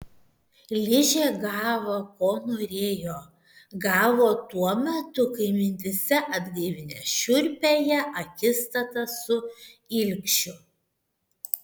ližė gavo ko norėjo gavo tuo metu kai mintyse atgaivino šiurpiąją akistatą su ilgšiu